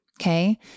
Okay